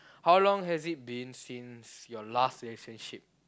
how long has it been since your last relationship